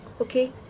Okay